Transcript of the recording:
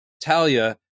talia